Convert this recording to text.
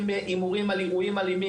הימורים על אירועים אלימים,